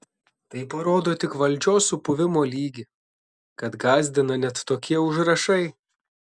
tai parodo tik valdžios supuvimo lygį kad gąsdina net tokie užrašai